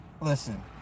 Listen